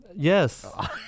Yes